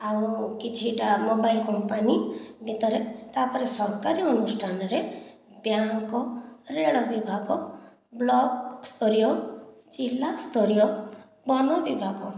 ଆଉ କିଛିଟା mobile company ଭିତରେ ତା'ପରେ ସରକାରୀ ଅନୁଷ୍ଠାନରେ ବ୍ୟାଙ୍କ ରେଳବିଭାଗ ବ୍ଲକ ସ୍ଥରୀୟ ଜିଲ୍ଲା ସ୍ଥରୀୟ ବନବିଭାଗ